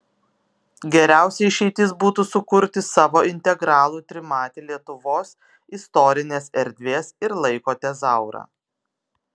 geriausia išeitis būtų sukurti savo integralų trimatį lietuvos istorinės erdvės ir laiko tezaurą